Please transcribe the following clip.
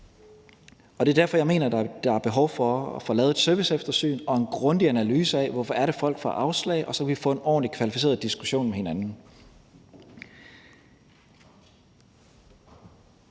Det er derfor, jeg mener, der er behov for at få lavet et serviceeftersyn og en grundig analyse af, hvorfor folk får afslag, og så kan vi få en ordentlig, kvalificeret diskussion med hinanden.